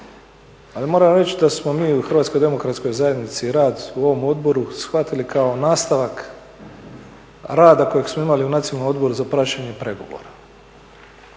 Ali moram reći da smo mi u Hrvatskoj demokratskoj zajednici rad u ovom odboru shvatili kao nastavak rada kojeg smo imali u Nacionalnom odboru za praćenje i pregovore.